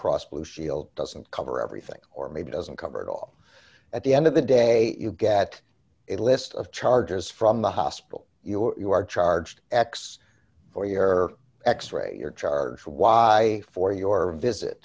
cross blue shield doesn't cover everything or maybe doesn't cover it all at the end of the day you get a list of charges from the hospital you are charged x for your x ray your charge y for your visit